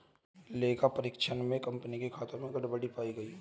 लेखा परीक्षण में कंपनी के खातों में गड़बड़ी पाई गई